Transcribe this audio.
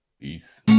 Peace